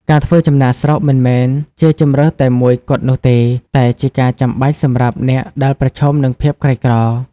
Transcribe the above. ការធ្វើចំណាកស្រុកមិនមែនជាជម្រើសតែមួយគត់នោះទេ តែជាការចាំបាច់សម្រាប់អ្នកដែលប្រឈមនឹងភាពក្រីក្រ។